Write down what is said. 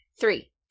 Three